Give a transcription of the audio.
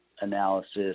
analysis